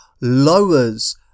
lowers